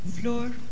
floor